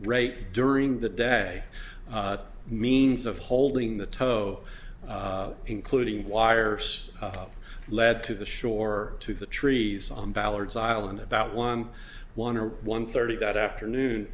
rate during the day means of holding the toe including wires up lead to the shore to the trees on ballard's island about one one or one thirty that afternoon